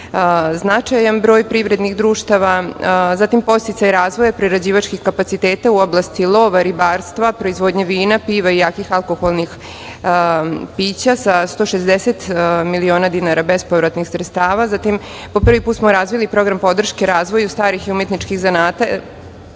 značajan broj privrednih društava. Podsticaj razvoja prerađivačkih kapaciteta u oblasti lova, ribarstva, proizvodnje vina, piva i jakih alkoholnih pića sa 160 miliona dinara bespovratnih sredstava. Po prvi put smo razvili program podrške razvoju starih i umetničkih zanata